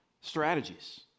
strategies